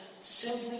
simply